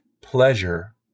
pleasure